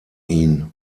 ihn